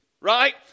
right